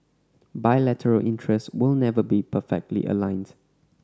bilateral interest will never be perfectly aligned